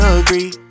agree